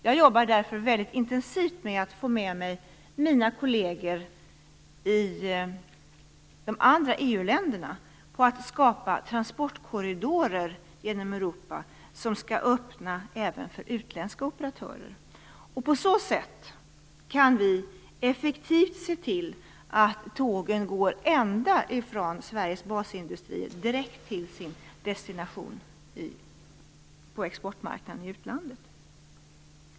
Jag jobbar därför intensivt med att få med mig mina kolleger i de andra EU-länderna på att skapa transportkorridorer genom Europa som skall öppna även för utländska operatörer. På så sätt kan vi effektivt se till att tågen går ända från Sveriges basindustrier direkt till sina destinationer på exportmarknaden i utlandet.